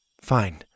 Fine